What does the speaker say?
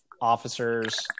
officers